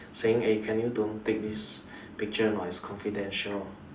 saying eh can you don't take this picture a not its confidential